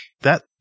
that-